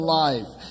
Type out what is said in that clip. life